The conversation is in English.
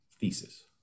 thesis